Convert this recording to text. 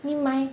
你买